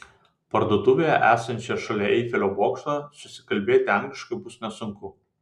parduotuvėje esančioje šalia eifelio bokšto susikalbėti angliškai bus nesunku